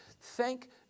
Thank